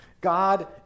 God